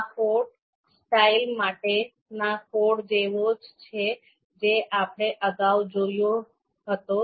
આ code style માટેના code જેવો જ છે જે આપણે અગાઉ જોયો હતો